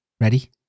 Ready